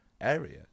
area